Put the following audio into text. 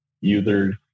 users